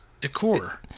decor